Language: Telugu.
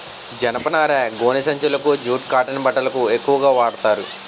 జనపనార గోనె సంచులకు జూట్ కాటన్ బట్టలకు ఎక్కువుగా వాడతారు